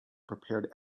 prepared